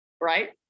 right